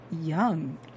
young